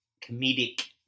comedic